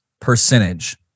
percentage